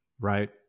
right